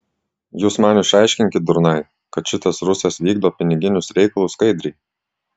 jūs man išaiškinkit durnai kad šitas rusas vykdo piniginius reikalus skaidriai